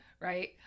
right